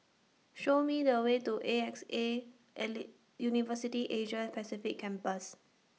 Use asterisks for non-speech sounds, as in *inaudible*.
Show Me The Way to A X A *unintelligible* University Asia Pacific Campus